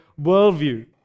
worldview